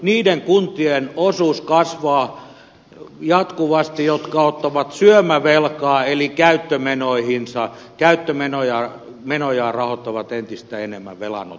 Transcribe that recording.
niiden kuntien osuus kasvaa jatkuvasti jotka ottavat syömävelkaa eli käyttömenojaan rahoittavat entistä enemmän velanotolla